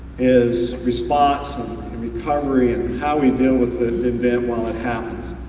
is response and recovery, and how we deal with an event while it happens.